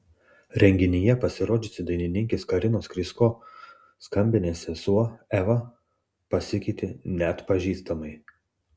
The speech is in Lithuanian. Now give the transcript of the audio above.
renginyje pasirodžiusi dainininkės karinos krysko skambinės sesuo eva pasikeitė neatpažįstamai